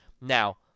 now